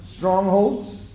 Strongholds